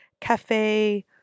cafe